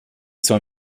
soll